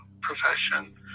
profession